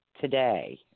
today